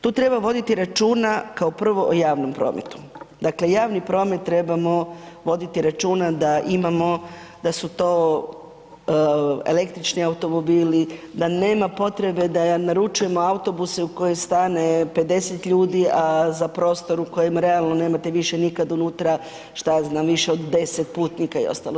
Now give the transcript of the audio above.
Tu treba voditi računa kao prvo o javnom prometu, dakle javni promet trebamo voditi računa da imamo, da su to električni automobili, da nema potrebe da naručujemo autobuse u koje stane 50 ljudi, a za prostor u kojem realno nemate više nikad unutra šta je znam više od 10 putnika i ostalo.